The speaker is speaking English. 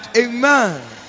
Amen